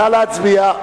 ההסתייגות